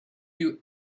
you